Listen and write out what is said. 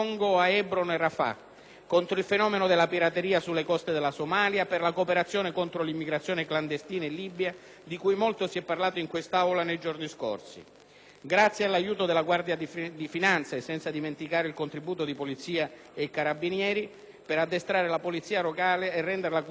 contro il fenomeno della pirateria sulle coste della Somalia, per la cooperazione contro l'immigrazione clandestina in Libia, di cui molto si è parlato in quest'Aula nei giorni scorsi, grazie all'aiuto della Guardia di finanza e senza dimenticare il contributo di Polizia e Carabinieri per addestrare la polizia locale e renderla quindi pienamente autonoma.